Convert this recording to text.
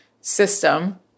system